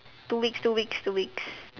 two weeks two weeks two weeks